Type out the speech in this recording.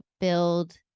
build